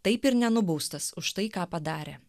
taip ir nenubaustas už tai ką padarė